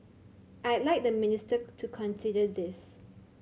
I'd like the minister to consider this